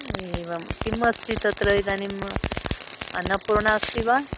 एवं किम् अस्ति तत्र इदानीम् अन्नपूर्णा अस्ति वा